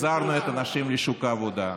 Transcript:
והחזרנו את האנשים לשוק העבודה.